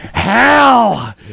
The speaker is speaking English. Hell